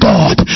God